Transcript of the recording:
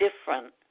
different